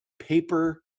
paper